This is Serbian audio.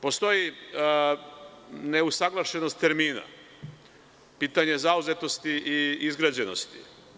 Postoji neusaglašenost termina, pitanje zauzetosti i izgrađenosti.